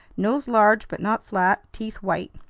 nose large but not flat, teeth white.